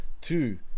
two